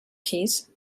keys